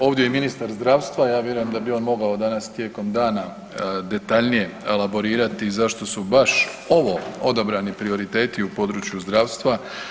Ovdje je i ministar zdravstva, ja vjerujem da bi on mogao danas tijekom dana detaljnije elaborirati zašto su baš ovo odabrani prioriteti u području zdravstva.